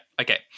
Okay